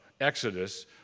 Exodus